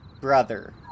brother